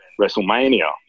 WrestleMania